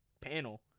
panel